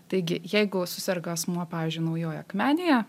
taigi jeigu suserga asmuo pavyzdžiui naujoje akmenėje